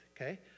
Okay